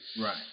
Right